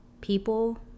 people